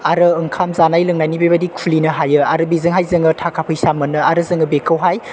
आरो ओंखाम जानाय लोंनायनि बेबायदि खुलिनो हायो बेजोंहाय जों थाखा फैसा मोनो आरो जों बेखौहाय